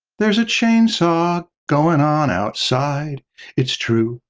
there's a chainsaw going on outside it's true.